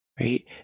right